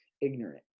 ignorant